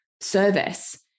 service